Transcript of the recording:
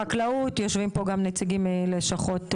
חקלאות, יושבים פה גם נציגים בלשכות בחקלאות.